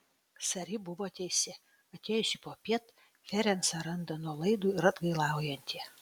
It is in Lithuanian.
sari buvo teisi atėjusi popiet ferencą randa nuolaidų ir atgailaujantį